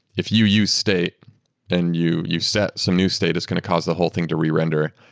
if you use state and you you set, some new state it's going to cause the whole thing to re-render.